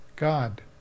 God